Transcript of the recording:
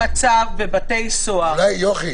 זה טייס אוטומטי,